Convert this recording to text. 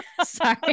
sorry